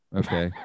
okay